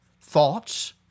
thoughts